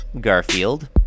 Garfield